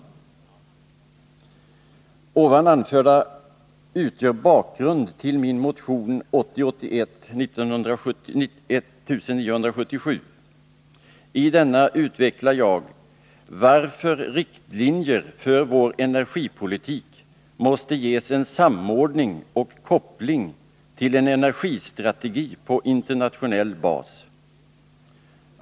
Det nu anförda utgör bakgrund till min motion 1980/81:1977. I denna utvecklar jag varför riktlinjer för vår energipolitik måste ges en samordning och koppling till en energistrategi på internationell bas.